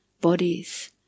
bodies